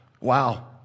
wow